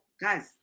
guys